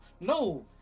No